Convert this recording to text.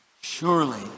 Surely